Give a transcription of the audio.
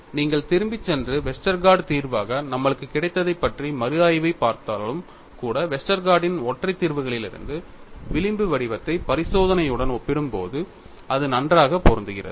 நீங்கள் திரும்பிச் சென்று வெஸ்டர்கார்ட் தீர்வாக நம்மளுக்கு கிடைத்ததைப் பற்றிய மறு ஆய்வைப் பார்த்தாலும் கூட வெஸ்டர்கார்டின் Westergaard's ஒற்றை தீர்விலிருந்து விளிம்பு வடிவத்தை பரிசோதனையுடன் ஒப்பிடும்போது அது நன்றாக பொருந்துகிறது